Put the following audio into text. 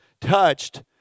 touched